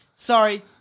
Sorry